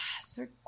Sir